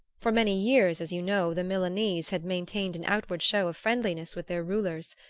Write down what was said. for many years, as you know, the milanese had maintained an outward show of friendliness with their rulers.